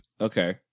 Okay